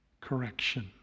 correction